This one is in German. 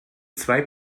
zwei